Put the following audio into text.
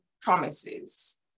promises